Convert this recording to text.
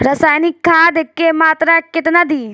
रसायनिक खाद के मात्रा केतना दी?